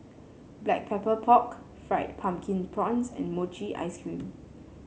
Black Pepper Pork Fried Pumpkin Prawns and Mochi Ice Cream